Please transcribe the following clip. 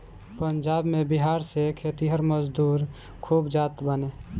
पंजाब में बिहार से खेतिहर मजूर खूब जात बाने